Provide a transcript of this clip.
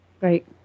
Right